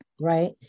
Right